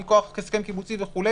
מכוח הסכם קיבוצי וכו',